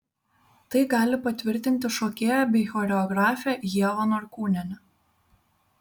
tai gali patvirtinti šokėja bei choreografė ieva norkūnienė